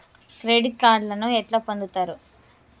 Credit కార్డులను ఎట్లా పొందుతరు?